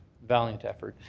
valiant effort.